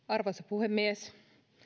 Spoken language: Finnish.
arvoisa puhemies